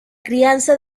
crianza